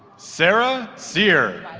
sarah cyr